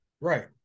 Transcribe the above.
right